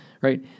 right